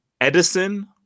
edison